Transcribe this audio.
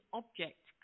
object